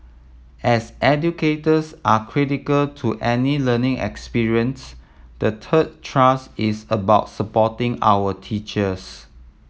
as educators are critical to any learning experience the third thrust is about supporting our teachers